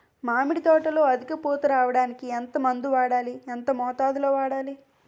మామిడి తోటలో అధిక పూత రావడానికి ఎంత మందు వాడాలి? ఎంత మోతాదు లో వాడాలి?